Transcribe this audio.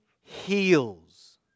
heals